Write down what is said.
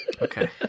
Okay